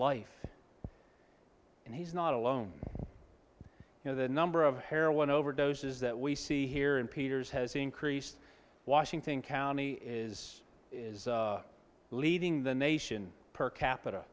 life and he's not alone you know the number of heroin overdoses that we see here and peters has increased washington county is is leading the nation per capita